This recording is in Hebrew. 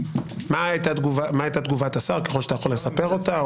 מה הייתה תגובת השר ככל שאתה יכול לספר אותה?